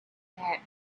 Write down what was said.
had